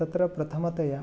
तत्र प्रथमतया